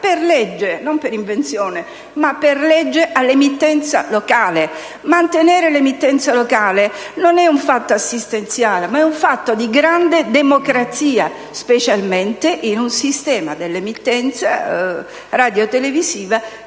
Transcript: per legge e non per invenzione, all'emittenza locale. Mantenere l'emittenza locale non è un fatto assistenziale, ma un fatto di grande democrazia, specialmente in un sistema dell'emittenza radiotelevisiva